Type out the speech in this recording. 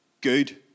good